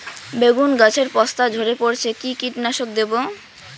বেগুন গাছের পস্তা ঝরে পড়ছে কি কীটনাশক দেব?